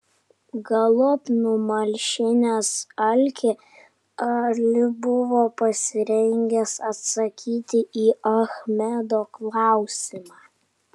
galop numalšinęs alkį ali buvo pasirengęs atsakyti į achmedo klausimą